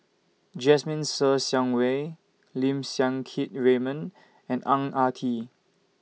Jasmine Ser Xiang Wei Lim Siang Keat Raymond and Ang Ah Tee